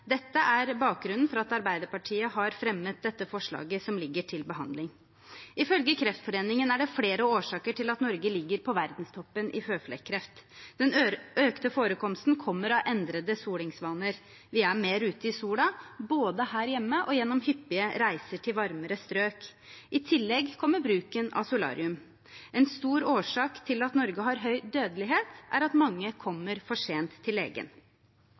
er bakgrunnen for at Arbeiderpartiet har fremmet forslaget som ligger til behandling. Ifølge Kreftforeningen er det flere årsaker til at Norge ligger på verdenstoppen i føflekkreft. Den økte forekomsten kommer av endrede solingsvaner. Vi er mer ute i sola, både her hjemme og gjennom hyppige reiser til varmere strøk. I tillegg kommer bruken av solarium. En stor årsak til at Norge har høy dødelighet, er at mange kommer for sent til legen.